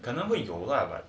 可能会 lah